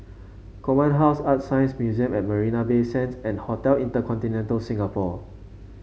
Command House ArtScience Museum at Marina Bay Sands and Hotel InterContinental Singapore